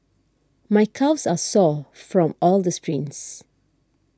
my calves are sore from all the sprints